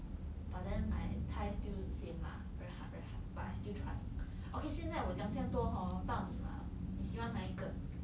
but then my thighs still look same lah very hard very hard but I still trying okay 现在我讲这样多 hor 到你了你喜欢哪一个